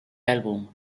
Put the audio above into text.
álbum